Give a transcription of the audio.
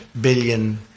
billion